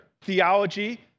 theology